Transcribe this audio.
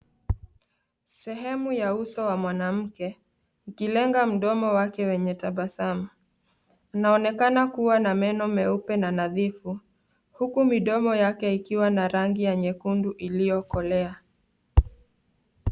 Sehemu ya uso wa mwanamke ikilenga mdomo wake wenye tabasamu . Anaonekana kuwa na meno meupe na nadhifu huku midomo yake ikiwa na rangi ya nyekundu iliyokolea.